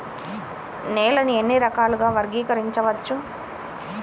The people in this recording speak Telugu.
నేలని ఎన్ని రకాలుగా వర్గీకరించవచ్చు?